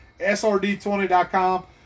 srd20.com